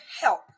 help